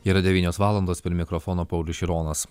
yra devynios valandos prie mikrofono paulius šironas